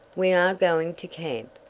we are going to camp.